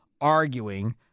arguing